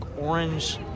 orange